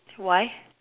why